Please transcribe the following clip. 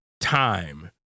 time